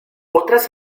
otras